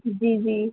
جی جی